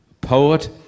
poet